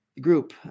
group